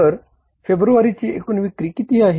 तर फेब्रुवारीची एकूण विक्री किती आहे